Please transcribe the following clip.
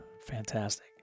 Fantastic